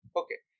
okay